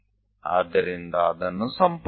તો તેને જોડો